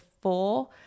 four